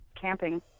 camping